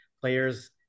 players